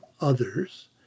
others